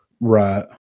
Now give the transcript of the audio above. Right